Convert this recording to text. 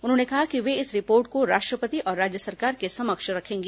उन्होंने कहा कि वे इस रिपोर्ट को राष्ट्रपति और राज्य सरकार के समक्ष रखेंगी